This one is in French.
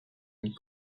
une